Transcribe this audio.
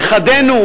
נכדינו,